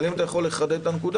אבל אם אתה יכול לחדד את הנקודה,